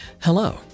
Hello